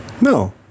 No